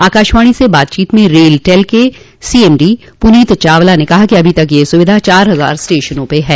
आकाशवाणी से बातचीत में रेल टेल के C M D Puneet Chawla ने कहा कि अभी तक यह सुविधा चार हजार स्टेशनों पर है